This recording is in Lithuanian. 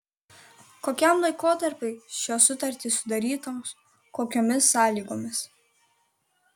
kokiam laikotarpiui šios sutartys sudarytos kokiomis sąlygomis